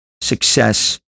success